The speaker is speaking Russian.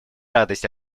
радость